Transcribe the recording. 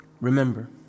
Remember